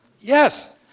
yes